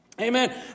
Amen